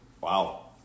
Wow